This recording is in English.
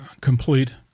complete